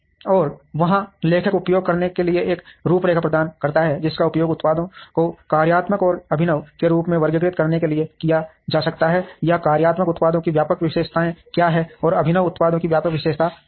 और वहाँ लेखक उपयोग करने के लिए एक रूपरेखा प्रदान करता है जिसका उपयोग उत्पादों को कार्यात्मक और अभिनव के रूप में वर्गीकृत करने के लिए किया जा सकता है या कार्यात्मक उत्पादों की व्यापक विशेषताएं क्या हैं और अभिनव उत्पादों की व्यापक विशेषताएं क्या हैं